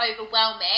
overwhelming